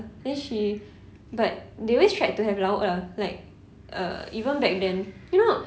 ya then she but they always tried to have lauk lah like uh even back then you know